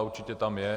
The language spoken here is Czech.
Určitě tam je.